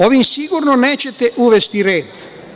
Ovim sigurno nećete uvesti red.